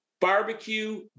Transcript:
barbecue